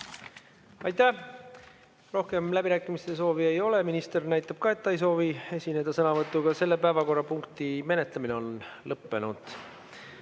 Aitäh! Rohkem läbirääkimiste soovi ei ole. Ka minister näitab, et ta ei soovi enam sõnavõtuga esineda. Selle päevakorrapunkti menetlemine on lõppenud.